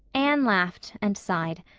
anne laughed and sighed.